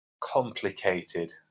complicated